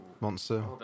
monster